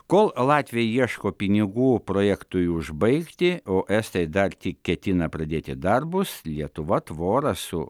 kol latviai ieško pinigų projektui užbaigti o estai dar tik ketina pradėti darbus lietuva tvorą su